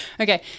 Okay